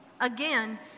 Again